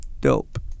dope